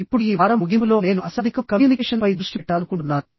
ఇప్పుడు ఈ వారం ముగింపులో నేను అశాబ్దికం కమ్యూనికేషన్ పై దృష్టి పెట్టాలనుకుంటున్నాను